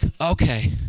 okay